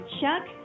Chuck